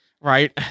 right